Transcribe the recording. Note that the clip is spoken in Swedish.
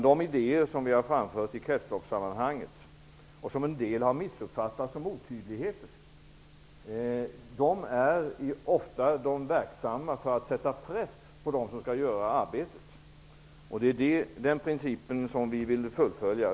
De idéer som vi har framfört i kretsloppssammanhanget, och som en del har missuppfattat som otydligheter, är ofta de verksamma för att sätta press på dem som skall göra arbetet. Det är den principen som vi vill fullfölja.